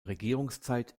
regierungszeit